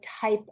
type